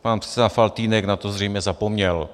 Pan předseda Faltýnek na to zřejmě zapomněl.